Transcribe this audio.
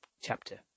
chapter